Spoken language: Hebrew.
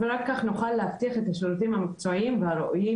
ורק כך נוכל להבטיח את השירותים המקצועיים והראויים